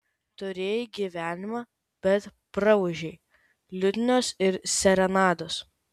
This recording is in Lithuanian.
turėjai gyvenimą bet praūžei liutnios ir serenados